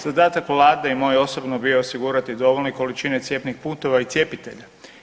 Zadatak Vlade i moj osobno bio osigurati dovoljne količine cjepnih putova i cjepitelja.